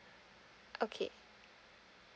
okay